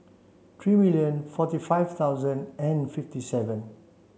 three million forty five thousand and fifty seven